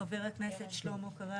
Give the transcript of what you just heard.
חבר הכנסת שלמה קרעי.